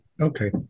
Okay